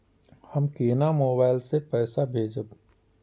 हम केना मोबाइल से पैसा भेजब?